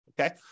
okay